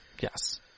yes